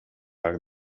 arc